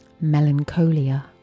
Melancholia